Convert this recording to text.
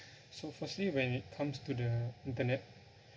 so firstly when it comes to the internet